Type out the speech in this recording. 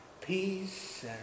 peace